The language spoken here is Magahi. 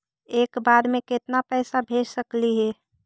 एक बार मे केतना पैसा भेज सकली हे?